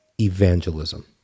evangelism